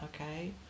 okay